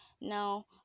now